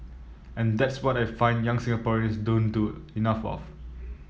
and that's what I find young Singaporeans don't do enough of